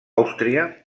àustria